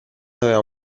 aveva